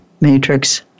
Matrix